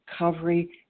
recovery